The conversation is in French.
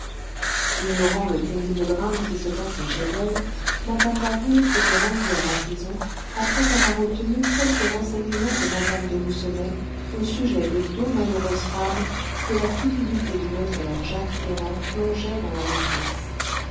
ignorant le terrible drame qui se passait chez elle mme d'harville s'était rendue à la prison après avoir obtenu quelques renseignements de mme de lucenay au sujet des deux malheureuses femmes que la cupidité du notaire jacques ferrand plongeait dans la détresse